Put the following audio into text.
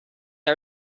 our